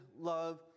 love